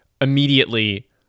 immediately